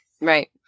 right